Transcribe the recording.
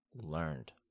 learned